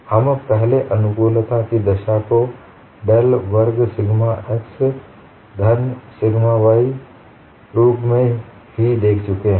हम पहले अनुकूलता की दशा को डेल वर्ग सिग्मा x धन सिग्मा y रूप में ही देख चुके हैं